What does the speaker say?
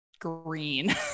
green